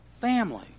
family